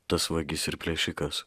tas vagis ir plėšikas